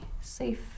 safe